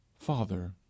Father